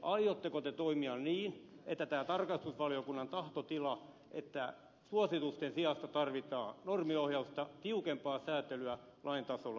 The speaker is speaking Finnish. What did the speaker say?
aiotteko te toimia niin että tämä tarkastusvaliokunnan tahtotila että suositusten sijasta tarvitaan normiohjausta tiukempaa säätelyä lain tasolla menee eteenpäin